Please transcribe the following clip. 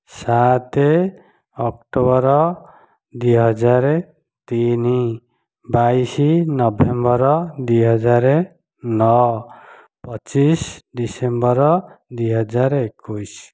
ସାତ ଅକ୍ଟୋବର ଦୁଇ ହଜାର ତିନି ବାଇଶ ନଭେମ୍ୱର ଦୁଇ ହଜାର ନଅ ପଚିଶ ଡିସେମ୍ବର ଦୁଇ ହଜାର ଏକୋଇଶ